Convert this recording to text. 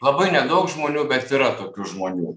labai nedaug žmonių bet yra tokių žmonių